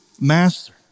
master